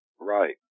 Right